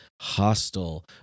hostile